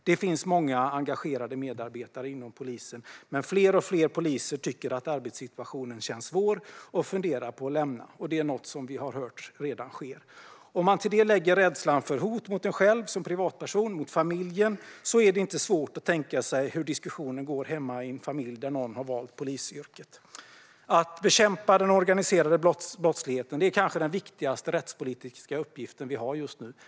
Det finns många engagerade medarbetare inom polisen, men fler och fler poliser tycker att arbetssituationen känns svår och funderar på att lämna yrket. Vi har hört att detta redan sker. Om man till detta lägger rädslan för hot mot sig själv som privatperson och mot familjen är det inte svårt att tänka sig hur diskussionen går hemma i en familj där någon har valt polisyrket. Att bekämpa den organiserade brottsligheten är kanske den viktigaste rättspolitiska uppgift vi har just nu.